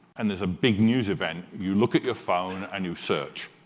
and there's a big news event, you look at your phone, and you search.